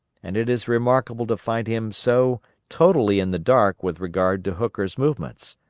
and it is remarkable to find him so totally in the dark with regard to hooker's movements.